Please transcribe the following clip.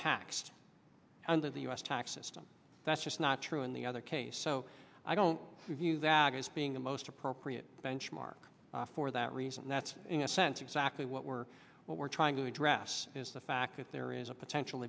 taxed under the us tax system that's just not true in the other case so i don't view that august being the most appropriate benchmark for that reason that's in a sense exactly what we're what we're trying to address is the fact that there is a potential